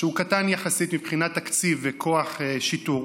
שהוא קטן יחסית מבחינת תקציב וכוח שיטור.